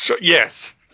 Yes